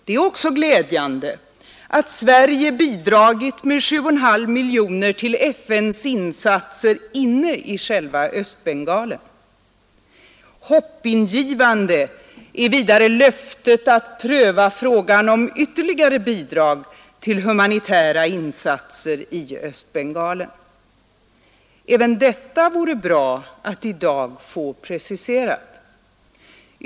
Det är också glädjande att Sverige bidragit med 7,5 miljoner till FN:s insatser inne i själva Östbengalen. Hoppingivande är vidare löftet att pröva frågan om ytterligare bidrag till humanitära insatser i Östbengalen. Även detta vore det bra att i dag få preciserat.